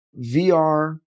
VR